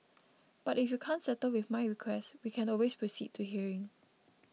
but if you can't settle with my request we can always proceed to hearing